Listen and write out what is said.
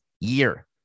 year